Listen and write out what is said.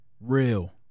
Real